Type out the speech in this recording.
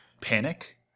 Panic